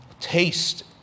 Taste